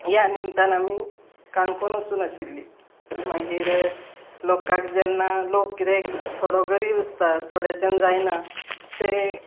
ह्या निमतान आमी काणकोण वचून आशिल्लीं मागीर लोकांक जेन्ना लोक कितें थोडो गरीब आसता थोड्यांच्यान जायना ते